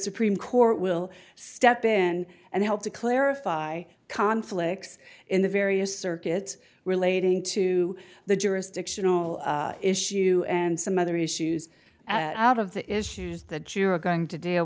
supreme court will step in and help to clarify conflicts in the various circuits relating to the jurisdictional issue and some other issues as out of the issues that you're going to deal